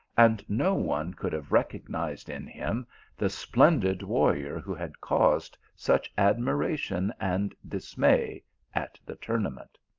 and no one could have recognized in him the splendid warrior who had caused such admiration and dismay at the tournament.